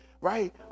right